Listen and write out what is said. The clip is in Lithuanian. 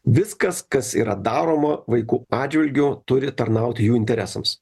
viskas kas yra daroma vaikų atžvilgiu turi tarnauti jų interesams